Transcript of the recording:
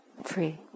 free